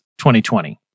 2020